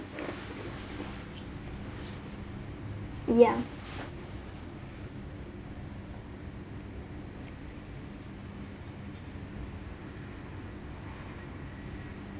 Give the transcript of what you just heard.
yeah